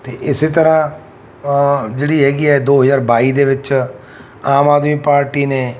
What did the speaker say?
ਅਤੇ ਇਸ ਤਰ੍ਹਾਂ ਜਿਹੜੀ ਹੈਗੀ ਹੈ ਦੋ ਹਜ਼ਾਰ ਬਾਈ ਦੇ ਵਿੱਚ ਆਮ ਆਦਮੀ ਪਾਰਟੀ ਨੇ